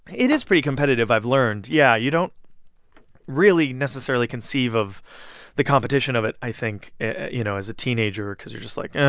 it is pretty competitive, i've learned. yeah, you don't really, necessarily conceive of the competition of it, i think, you know, as a teenager or because you're just like, yeah